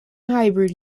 hybrid